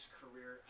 career